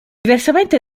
diversamente